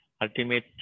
ultimate